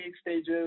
stages